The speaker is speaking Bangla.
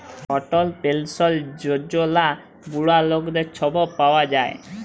অটল পেলসল যজলা বুড়া লকদের ছব পাউয়া যায়